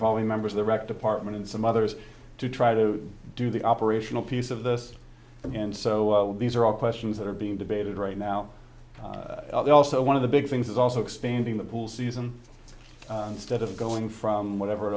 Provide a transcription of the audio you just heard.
ly members of the rec department and some others to try to do the operational piece of this and so while these are all questions that are being debated right now also one of the big things is also expanding the pool season instead of going from whatever it